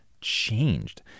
changed